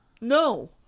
No